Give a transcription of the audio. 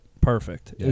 perfect